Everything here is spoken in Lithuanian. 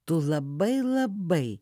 tu labai labai